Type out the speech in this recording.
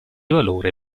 valore